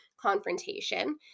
confrontation